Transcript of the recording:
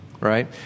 right